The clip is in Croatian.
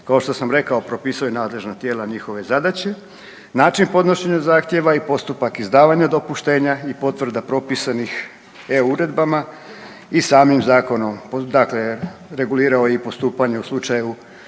kao što sam rekao propisuje nadležna tijela, njihove zadaće, način podnošenja zahtjeva i postupak izdavanja dopuštenja i potvrda propisanih EU uredbama i samim zakonom. Dakle, regulirao je i postupanje u slučaju